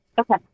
Okay